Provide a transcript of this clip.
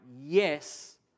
yes